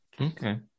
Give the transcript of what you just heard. Okay